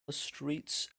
streets